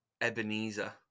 Ebenezer